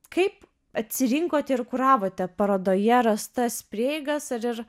kaip atsirinkote ir kuravote parodoje rastas prieigas ar ir